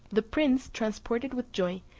the prince, transported with joy,